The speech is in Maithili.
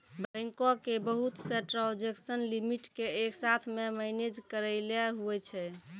बैंको के बहुत से ट्रांजेक्सन लिमिट के एक साथ मे मैनेज करैलै हुवै छै